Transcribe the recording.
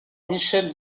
michelle